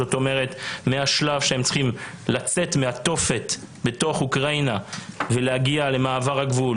כלומר מהשלב שהם צריכים לצאת מהתופת באוקראינה ולהגיע למעבר הגבול,